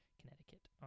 connecticut